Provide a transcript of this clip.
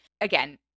Again